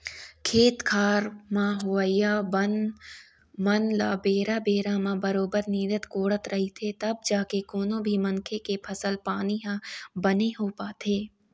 खेत खार म होवइया बन मन ल बेरा बेरा म बरोबर निंदत कोड़त रहिथे तब जाके कोनो भी मनखे के फसल पानी ह बने हो पाथे